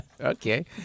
Okay